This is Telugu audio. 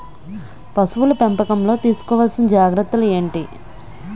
పశువుల పెంపకంలో తీసుకోవల్సిన జాగ్రత్త లు ఏంటి?